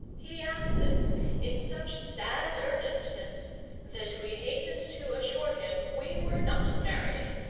he asked this in such sad earnestness that we hastened to assure him we were not married,